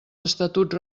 estatuts